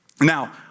Now